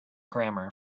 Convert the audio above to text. grammar